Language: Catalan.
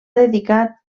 dedicat